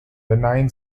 benign